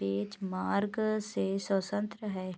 benchmark से स्वतंत्र हैं